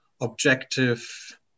objective